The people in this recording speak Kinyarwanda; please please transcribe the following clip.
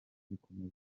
bikomeje